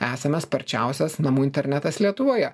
esame sparčiausias namų internetas lietuvoje